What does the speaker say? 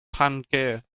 pangaea